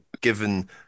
given